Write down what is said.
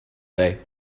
day